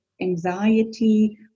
anxiety